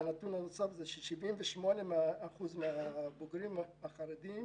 נתון נוסף הוא ש-78% מהבוגרים החרדים